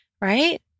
right